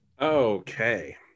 Okay